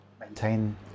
maintain